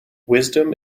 wisdom